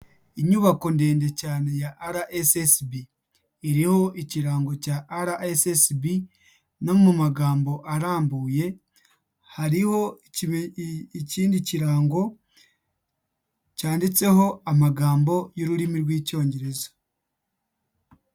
Inyubako ndende cyane ya RSSB, iriho ikirango cya RSSB no mu magambo arambuye hariho ikindi kirango cyanditseho amagambo y'ururimi rw'icyongereza.